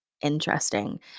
interesting